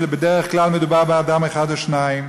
כשבדרך כלל מדובר באדם אחד או שניים.